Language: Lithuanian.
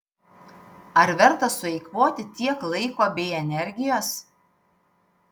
ar verta sueikvoti tiek laiko bei energijos